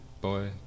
Boy